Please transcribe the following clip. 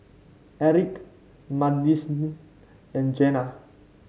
Erik Madisyn and Jena